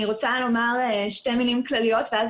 אני רוצה לומר שתי מילים כלליות ואז